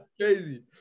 Crazy